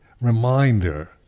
reminder